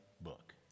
book